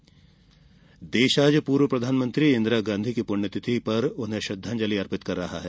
इंदिरा गांधी देश आज पूर्व प्रधानमंत्री इंदिरा गांधी की पुण्यतिथि पर श्रद्वांजलि अर्पित कर रहा है